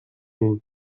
niej